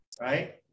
right